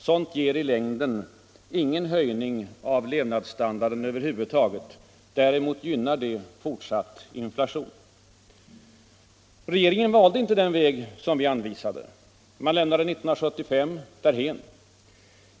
Sådant ger i längden ingen höjning av levnadsstandarden över huvud taget. Däremot gynnar det fortsatt inflation. Regeringen valde inte den vägen. Man lämnade 1975 därhän.